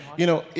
you know,